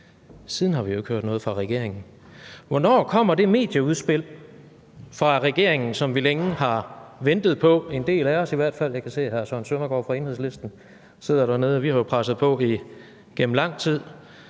Siden har vi ikke hørt noget fra regeringens side. Hvornår kommer det medieudspil fra regeringens side, som en del af os i hvert fald længe har ventet på? Jeg kan se, at hr. Søren Søndergaard fra Enhedslisten sidder dernede, og vi har jo presset på i lang tid.